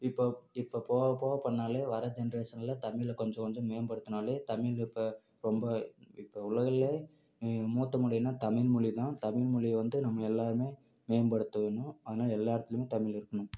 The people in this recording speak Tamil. இப்போ இப்போ போக போக பண்ணாலே வர ஜென்ரேஷன்ல தமிழை கொஞ்சம் கொஞ்சம் மேம்படுத்துனாலே தமிழ் இப்போ ரொம்ப இப்போ உலகிலேயே மிக மூத்த மொழினா தமிழ் மொழிதான் தமிழ் மொழிய வந்து நம்ம எல்லாருமே மேம்படுத்தவேணும் ஆனால் எல்லா இடத்துலையுமே தமிழ் இருக்கணும்